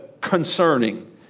concerning